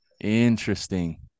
Interesting